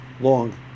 long